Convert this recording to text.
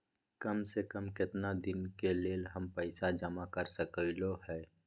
काम से कम केतना दिन के लेल हम पैसा जमा कर सकलौं हैं?